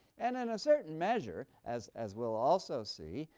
and in a certain measure, as as we'll also see,